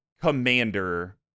commander